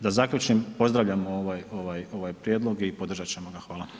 Da zaključim, pozdravljam ovaj prijedlog i podržati ćemo ga.